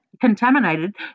contaminated